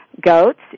goats